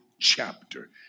chapter